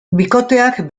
bikoteak